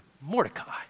Mordecai